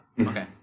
Okay